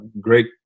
great